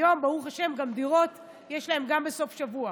היום ברוך השם דירות יש להם, גם בסוף שבוע,